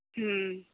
हम्म